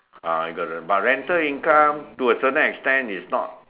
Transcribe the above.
ah you got to but rental income to a certain extent is not